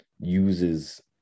uses